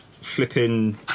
Flipping